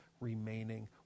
remaining